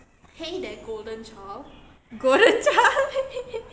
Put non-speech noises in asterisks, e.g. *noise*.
golden child *laughs*